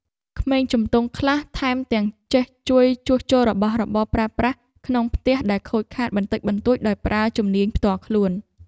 ក្មេងជំទង់ខ្លះថែមទាំងចេះជួយជួសជុលរបស់របរប្រើប្រាស់ក្នុងផ្ទះដែលខូចខាតបន្តិចបន្តួចដោយប្រើជំនាញផ្ទាល់ខ្លួន។